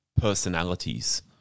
personalities